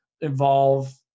involve